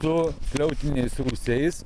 su skliautiniais rūsiais